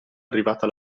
arrivata